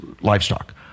livestock